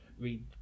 read